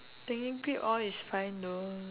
technically all is fine though